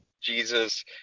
Jesus